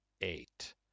eight